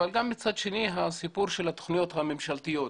מצד שני גם הסיפור של התוכניות הממשלתיות.